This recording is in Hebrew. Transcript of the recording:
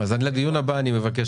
הוצאות